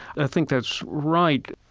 i think that's right.